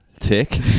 Tick